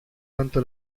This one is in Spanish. tanto